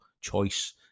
choice